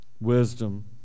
wisdom